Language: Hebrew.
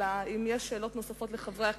אלא אם יש שאלות נוספות לחברי הכנסת,